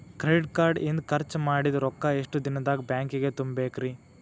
Credit card ಇಂದ್ ಖರ್ಚ್ ಮಾಡಿದ್ ರೊಕ್ಕಾ ಎಷ್ಟ ದಿನದಾಗ್ ಬ್ಯಾಂಕಿಗೆ ತುಂಬೇಕ್ರಿ?